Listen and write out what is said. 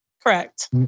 Correct